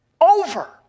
over